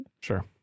Sure